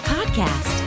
Podcast